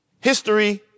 History